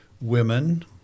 women